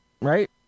right